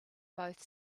both